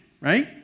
right